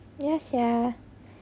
ya sia